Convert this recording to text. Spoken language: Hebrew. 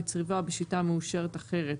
או בצריבה או בשיטה המאושרת אחרת.